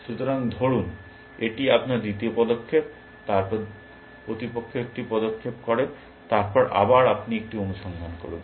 সুতরাংধরুন এটি আপনার দ্বিতীয় পদক্ষেপ তারপর প্রতিপক্ষ একটি পদক্ষেপ করে তারপর আবার আপনি একটি অনুসন্ধান করুন